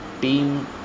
team